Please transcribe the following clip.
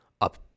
up